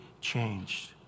changed